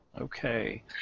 Okay